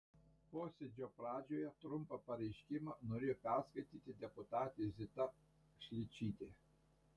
posėdžio pradžioje trumpą pareiškimą norėjo perskaityti deputatė zita šličytė